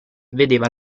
vedeva